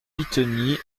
pitegny